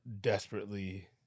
desperately